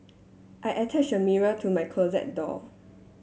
I attach a mirror to my closet door